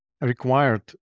required